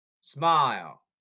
Smile